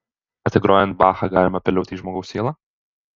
ar tik grojant bachą galima apeliuoti į žmogaus sielą